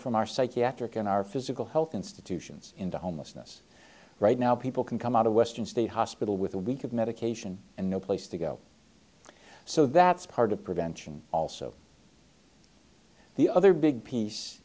from our psychiatric and our physical health institutions into homelessness right now people can come out of western state hospital with a week of medication and no place to go so that's part of prevention also the other big piece